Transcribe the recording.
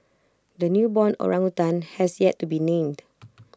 the newborn orangutan has yet to be named